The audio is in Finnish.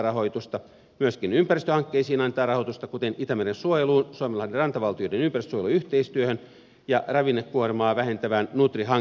rahoitusta annetaan myöskin ympäristöhankkeisiin kuten itämeren suojeluun suomenlahden rantavaltioiden ympäristönsuojelun yhteistyöhön ja ravinnekuormaa vähentävään nutri hankkeeseen